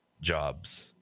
jobs